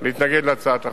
להתנגד להצעת החוק.